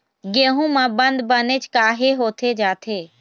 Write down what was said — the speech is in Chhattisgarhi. गेहूं म बंद बनेच काहे होथे जाथे?